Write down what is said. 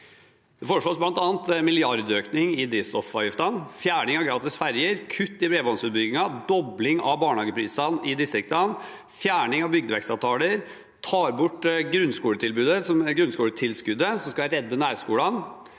Det foreslås bl.a. en milliardøkning i drivstoffavgiftene, fjerning av gratis ferjer, kutt i bredbåndsutbyggingen, dobling av barnehageprisene i distriktene, fjerning av bygdevekstavtaler. En tar bort grunnskoletilskuddet som skal redde nærskolene,